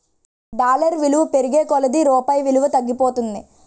dollar విలువ పెరిగే కొలది రూపాయి విలువ తగ్గిపోతుంది